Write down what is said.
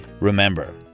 Remember